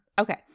Okay